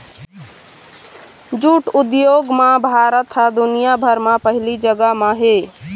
jute उद्योग म भारत ह दुनिया भर म पहिली जघा म हे